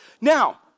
Now